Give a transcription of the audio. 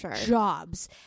jobs